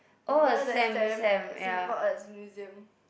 remember that Sam at Singapore Arts Museum